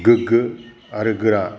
गोग्गो आरो गोरा